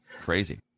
crazy